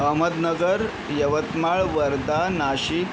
Ahmednagar Yavatmal Wardha Nashik